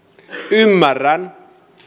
ymmärrän